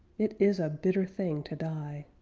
it is a bitter thing to die.